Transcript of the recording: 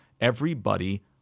everybody-